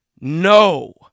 No